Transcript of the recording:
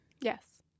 yes